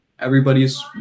Everybody's